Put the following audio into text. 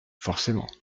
forcément